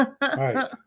right